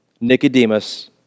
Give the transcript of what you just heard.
Nicodemus